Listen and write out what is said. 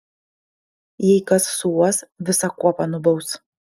jei kas suuos visą kuopą nubaus